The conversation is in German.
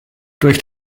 durch